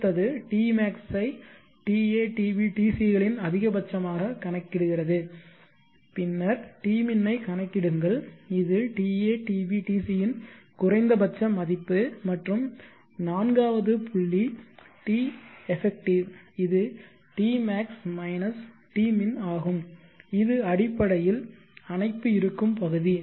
அடுத்தது tmax ஐ ta tb tc களின் அதிகபட்சமாக கணக்கிடுகிறது பின்னர் tmin ஐக் கணக்கிடுங்கள் இது ta tb tc இன் குறைந்தபட்ச மதிப்பு மற்றும் நான்காவது புள்ளி t eff இது tmax tmin ஆகும் இது அடிப்படையில் அணைப்பு இருக்கும் பகுதி